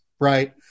right